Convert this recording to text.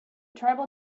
tribal